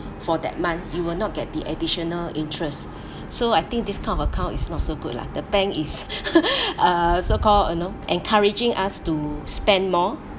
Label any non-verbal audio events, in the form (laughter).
for that month you will not get the additional interest so I think this kind of account is not so good lah the bank is (laughs) uh so called you know encouraging us to spend more